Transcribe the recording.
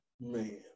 Man